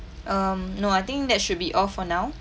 um no I think that should be all for now